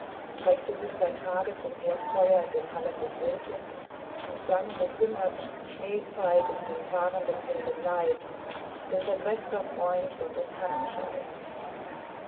drängte sich bei tage zum herdfeuer in den hallen des wirtes und sang bekümmert schneezeit ist dem fahrenden helden leid denn sein bester freund wird das